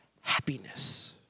happiness